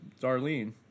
Darlene